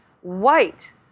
White